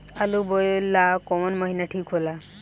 आलू बोए ला कवन महीना ठीक हो ला?